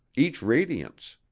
each radiance,